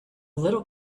little